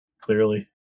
clearly